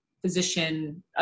physician